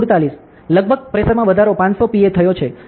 લગભગ પ્રેશરમાં વધારો 500 Pa થયો છે સાચું